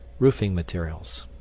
roofing materials